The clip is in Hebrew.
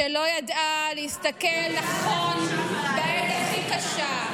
שלא ידעה להסתכל נכון בעת הכי קשה.